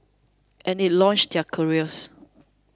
and it launched their careers